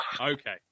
Okay